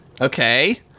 Okay